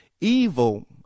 Evil